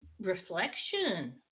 Reflection